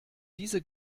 diese